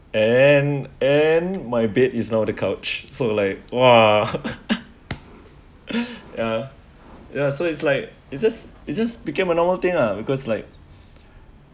and and my bed is now the couch so like !wah! ya ya so it's like it's just it just became a normal thing lah because like